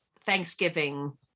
Thanksgiving